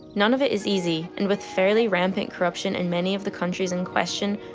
none of it is easy, and with fairly rampant corruption in many of the countries in question,